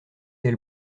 elle